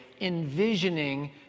envisioning